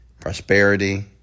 prosperity